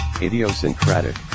Idiosyncratic